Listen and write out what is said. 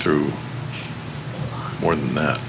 through more than that